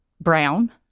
brown